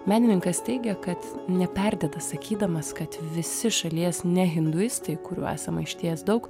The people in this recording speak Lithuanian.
menininkas teigia kad neperdeda sakydamas kad visi šalies nehinduistai kurių esama išties daug